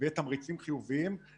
כאשר יש גוף אחד שמתכלל את כל